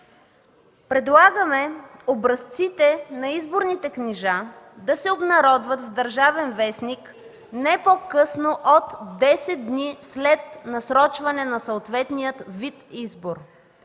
Предлагаме образците на изборните книжа да се обнародват в „Държавен вестник“ не по-късно от 10 дни след насрочване на съответния вид избор.